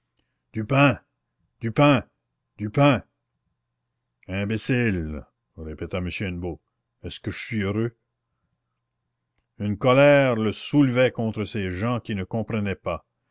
du pain du pain du pain imbéciles répéta m hennebeau est-ce que je suis heureux une colère le soulevait contre ces gens qui ne comprenaient pas